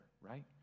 right